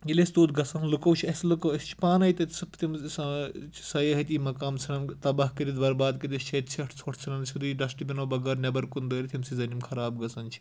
ییٚلہِ أسۍ توٚت گژھان لُکو چھِ اَسہِ لُکو أسۍ چھِ پانَے تَتہِ سُہ سیِحٲتی مَقام ژھٕنان تباہ کٔرِتھ برباد کٔرِتھ أسۍ چھِ اَتہِ ژھٮ۪ٹھ ژۄٹھ ژھٕنان سیٚودٕے ڈسٹٕبِنو بغٲر نٮ۪بر کُن دٲرِتھ ییٚمہِ سۭتۍ زَن یِم خراب گژھان چھِ